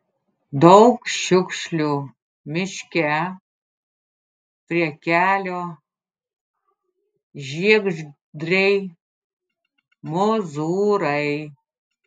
daug šiukšlių miške prie kelio žiegždriai mozūrai